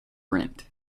rent